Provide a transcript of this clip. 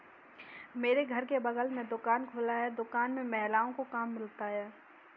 मेरे घर के बगल में दुकान खुला है दुकान में महिलाओं को काम मिलता है